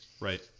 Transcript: right